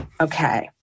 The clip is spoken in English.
Okay